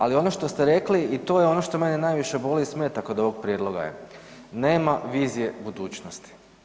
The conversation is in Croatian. Ali, ono što ste rekli i to je ono što mene najviše boli i smeta kod ovog prijedloga je, nema vizije budućnosti.